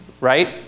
right